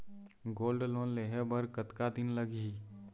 Gold loan लेहे बर कतका दिन लगही?